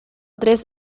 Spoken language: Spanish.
tres